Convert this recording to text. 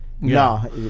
No